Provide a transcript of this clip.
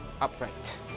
upright